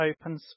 open